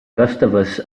gustavus